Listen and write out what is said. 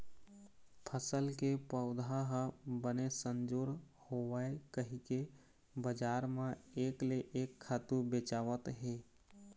फसल के पउधा ह बने संजोर होवय कहिके बजार म एक ले एक खातू बेचावत हे